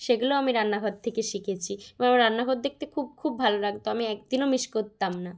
সেগুলোও আমি রান্নাঘর থেকে শিখেছি এবং রান্নাঘর দেখতে খুব খুব ভালো লাগত আমি একদিনও মিস করতাম না